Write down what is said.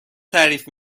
تعریف